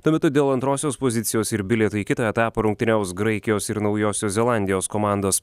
tuo metu dėl antrosios pozicijos ir bilieto į kitą etapą rungtyniaus graikijos ir naujosios zelandijos komandos